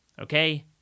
Okay